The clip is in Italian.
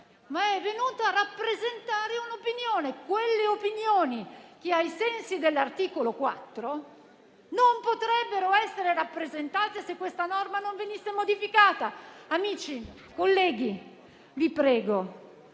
ma a rappresentare un'opinione, quelle opinioni che ai sensi dell'articolo 4 della norma non potrebbero essere rappresentate se questa norma non venisse modificata. Amici, colleghi, vi prego,